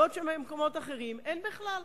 בעוד שבמקומות אחרים אין בכלל.